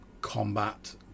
combat